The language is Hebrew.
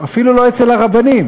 אפילו לא אצל הרבנים,